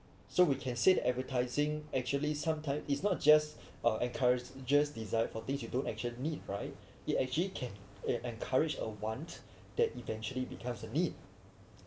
so we can say the advertising actually sometimes it's not just uh encourage just desire for things you don't actually need right it actually can encourage a want that eventually becomes a need